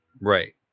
Right